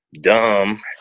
dumb